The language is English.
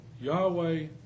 Yahweh